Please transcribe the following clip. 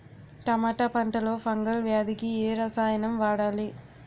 టమాటా పంట లో ఫంగల్ వ్యాధికి ఏ రసాయనం వాడాలి?